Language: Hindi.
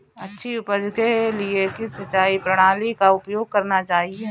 अच्छी उपज के लिए किस सिंचाई प्रणाली का उपयोग करना चाहिए?